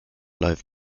life